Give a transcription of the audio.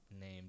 name